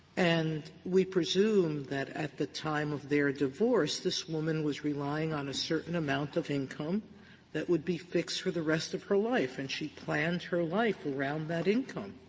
and we presume that, at the time of their divorce, this woman was relying on a certain amount of income that would be fixed for the rest of her life, and she planned her life around that income.